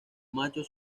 machos